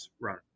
run